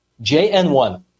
JN1